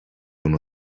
uno